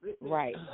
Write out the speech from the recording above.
Right